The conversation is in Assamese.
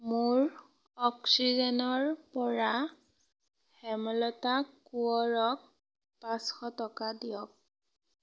মোৰ অক্সিজেনৰ পৰা হেমলতা কোঁৱৰক পাঁচশ টকা দিয়ক